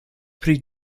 pri